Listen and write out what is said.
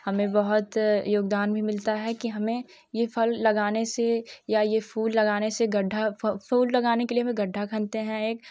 हमें बहुत योगदान भी मिलता है की हमें यह फल लगाने से या यह फूल लगाने से गड्ढा फूल लगाने के लिए एक गड्ढा खानते हैं एक